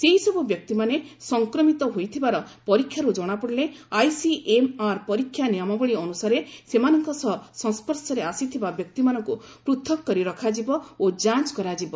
ସେହିସବୁ ବ୍ୟକ୍ତିମାନେ ସଂକ୍ରମିତ ହୋଇଥିବାର ପରୀକ୍ଷାରୁ ଜଣାପଡ଼ିଲେ ଆଇସିଏମ୍ଆର୍ ପରୀକ୍ଷା ନିୟମାବଳୀ ଅନୁସାରେ ସେମାନଙ୍କ ସହ ସଂସ୍ୱର୍ଶରେ ଆସିଥିବା ବ୍ୟକ୍ତିମାନଙ୍କୁ ପୃଥକ୍ କରି ରଖାଯିବ ଓ ଯାଞ୍ଚ କରାଯିବ